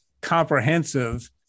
comprehensive